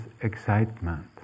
excitement